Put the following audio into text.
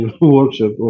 workshop